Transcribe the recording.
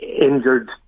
injured